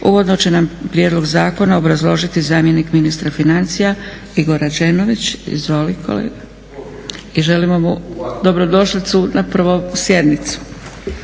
Uvodno će nam prijedlog zakona obrazložiti zamjenik ministra financija Igor Rađenović. Izvoli kolega. I želimo mu dobrodošlicu na prvu sjednicu.